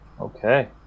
Okay